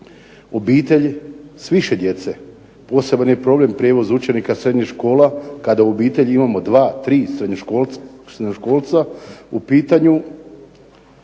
obitelj s više djece. Poseban je problem prijevoz učenika srednjih škola kada u obitelji imamo dva, tri srednjoškolca u pitanju,